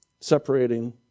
separating